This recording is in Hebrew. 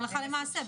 הלכה למעשה,